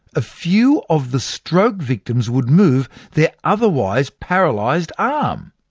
a few of the stroke victims would move their otherwise-paralysed um